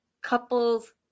couples